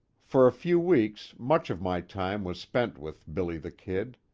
for a few weeks, much of my time was spent with billy the kid.